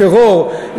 טרור,